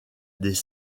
des